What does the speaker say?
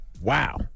Wow